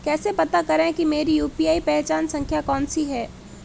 कैसे पता करें कि मेरी यू.पी.आई पहचान संख्या कौनसी है?